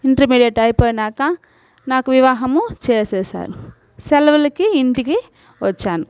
intermediate అయిపొయినాక నాకు వివాహము చేసేసారు సెలవులకి ఇంటికి వచ్చాను